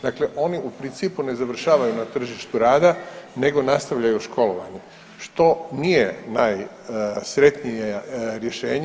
Dakle, oni u principu ne završavaju na tržištu rada, nego nastavljaju školovanje što nije najsretnije rješenje.